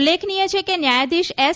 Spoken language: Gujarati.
ઉલ્લેખનિય છે કે ન્યાયાધીશ એસ